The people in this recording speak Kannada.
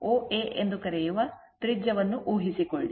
OA ಎಂದು ಕರೆಯುವ ತ್ರಿಜ್ಯವನ್ನು ಊಹಿಸಿಕೊಳ್ಳಿ